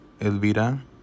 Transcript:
Elvira